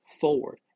forward